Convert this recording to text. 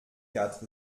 quatre